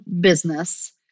business